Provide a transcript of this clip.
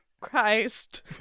Christ